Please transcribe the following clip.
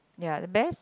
ya the best